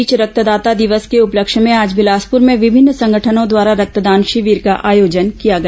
इस बीच रक्तदाता दिवस के उपलक्ष्य में आज बिलासपुर में विभिन्न संगठनों द्वारा रक्तदान शिविर का आयोजन किया गया